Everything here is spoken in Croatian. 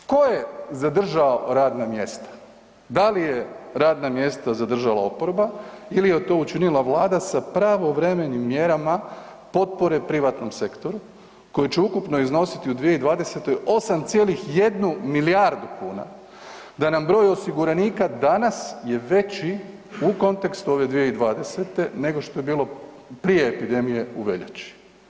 Tko je zadržao radna mjesta, da li je radna mjesta zadržala oporba ili je to učinila Vlada sa pravovremenim mjerama potpore privatnom sektoru koji će ukupno iznosi u 2020. 8,1 milijardu kuna, da nam broj osiguranika danas je veći u kontekstu ove 2020. nego što je bilo prije epidemije u veljači.